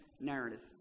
narrative